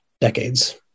decades